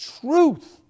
truth